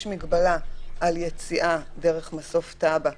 יש מגבלה על יציאה דרך מסוף טאבה,